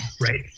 Right